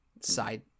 side